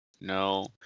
no